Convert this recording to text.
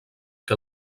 que